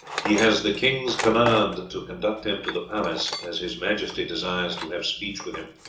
he has the king's command to conduct him to the palace, as his majesty desires to have speech with him.